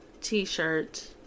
t-shirt